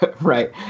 right